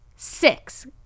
Six